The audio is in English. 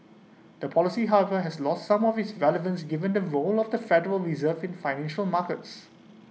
the policy however has lost some of its relevance given the role of the federal reserve in financial markets